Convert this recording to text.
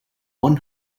one